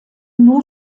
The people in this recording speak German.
nur